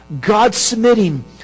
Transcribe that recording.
God-submitting